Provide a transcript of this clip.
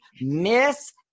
Miss